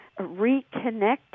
reconnecting